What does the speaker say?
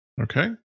okay